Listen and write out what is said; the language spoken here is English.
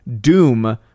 Doom